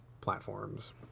platforms